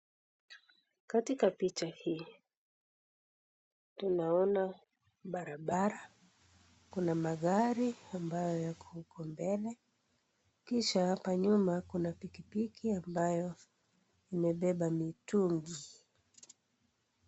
Katika picha hii tunaona barabara, kuna magari ambayo yako huko mbele, kisha hapa nyuma kuna pikipiki ambayo imebeba mitungi.